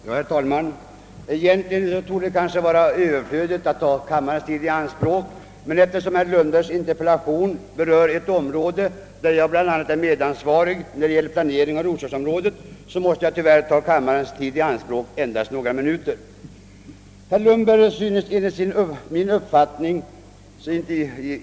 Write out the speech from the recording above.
Herr talman! Egentligen är det överflödigt att jag tar kammarens tid i anspråk. Men eftersom jag är medansvarig för planeringen av roslagsområdet, som berörs i herr Lundbergs interpellation, vill jag säga några ord.